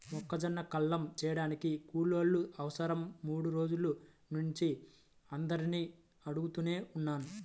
మొక్కజొన్న కల్లం చేయడానికి కూలోళ్ళ కోసరం మూడు రోజుల నుంచి అందరినీ అడుగుతనే ఉన్నా